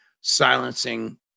silencing